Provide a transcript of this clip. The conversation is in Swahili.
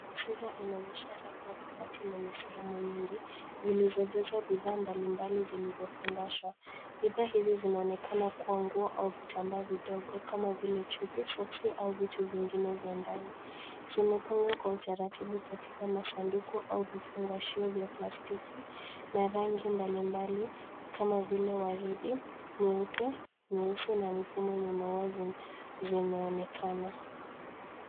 Taswira inaonyesha rafu au kabati lenye sehemu nyingi, zilizojaza bidhaa mbalimbali zilizofungwashwa. Bidhaa hizi zinaonekana kuwa nguo au vitambaa vidogo kama vile chupi, soksi au vitu vingine vya ndani, zimepangwa kwa utaratibu katika masanduku au vifungashio vya plastiki na rangi mbalimbali kama vile waridi, nyeupe, nyeusi na mifumo yenye maua zinaonekana.